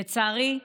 לצערי,